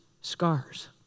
scars